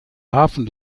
hafen